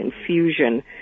infusion